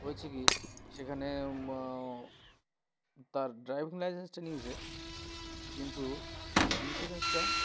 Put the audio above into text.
হচ্ছে কি সেখানে তার ড্রাইভিং লাইসেন্সটা নিয়েছে কিন্তু ইন্স্যুরেন্সটা